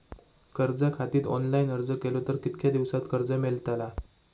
कर्जा खातीत ऑनलाईन अर्ज केलो तर कितक्या दिवसात कर्ज मेलतला?